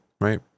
right